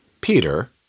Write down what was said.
Peter